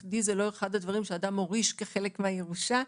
ולא בכדי זה לא אחד הדברים שאדם מוריש כחלק מהירושה,